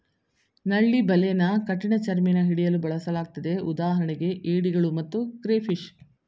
ನಳ್ಳಿ ಬಲೆನ ಕಠಿಣಚರ್ಮಿನ ಹಿಡಿಯಲು ಬಳಸಲಾಗ್ತದೆ ಉದಾಹರಣೆಗೆ ಏಡಿಗಳು ಮತ್ತು ಕ್ರೇಫಿಷ್